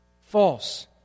False